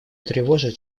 тревожит